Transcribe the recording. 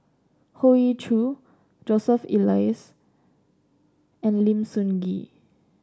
Hoey Choo Joseph Elias and Lim Sun Gee